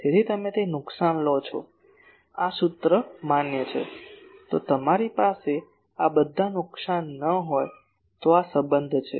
તેથી તમે તે નુકસાન લો છો આ આ સૂત્ર માન્ય છે જો તમારી પાસે આ બધા નુકસાન ન હોય તો આ સંબંધ છે